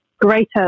greater